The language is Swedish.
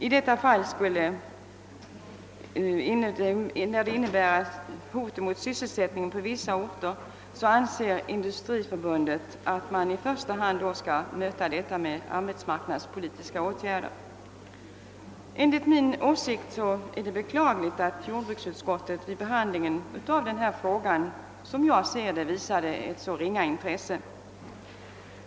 I de fall detta skulle innebära ett hot mot sysselsättningen på vissa orter bör detta i första hand mötas med arbetsmarknadspolitiska åtgärder.» Enligt min åsikt är det beklagligt att jordbruksutskottet vid behandling av denna fråga, såsom jag ser det, visade så ringa intresse.